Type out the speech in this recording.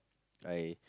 I